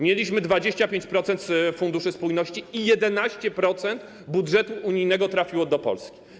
Mieliśmy 25% z Funduszu Spójności i 11% budżetu unijnego trafiło do Polski.